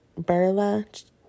Berla